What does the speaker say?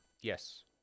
Yes